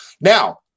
Now